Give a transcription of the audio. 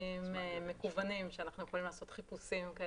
משפטיים מקוונים שאנחנו יכולים לעשות חיפושים.